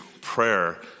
prayer